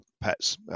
pets